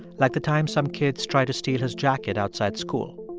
like the time some kids tried to steal his jacket outside school.